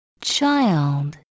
child